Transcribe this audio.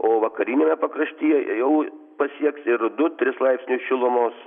o vakariniame pakraštyje jau pasieks ir du tris laipsnius šilumos